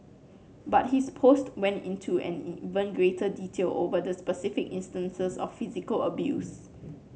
but his post went into and even greater detail over the specific instances of physical abuse